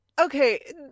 Okay